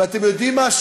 ואתם יודעים מה?